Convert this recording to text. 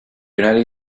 united